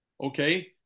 Okay